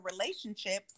relationships